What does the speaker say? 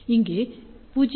இங்கே 0